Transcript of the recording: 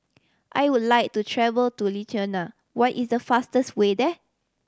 I would like to travel to Lithuania what is the fastest way there